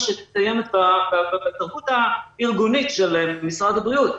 שקיימת בתרבות הארגונית של משרד הבריאות,